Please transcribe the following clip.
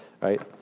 right